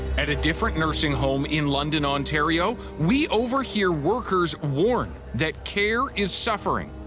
at a different nursing home in london, ontario, we overhear workers warn that care is suffering.